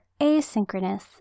asynchronous